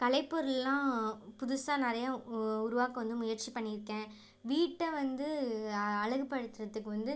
கலைப்பொருள்லாம் புதுசாக நிறையா உ உருவாக்க வந்து முயற்சி பண்ணியிருக்கேன் வீட்டை வந்து அழகுப்படுத்துறதுக்கு வந்து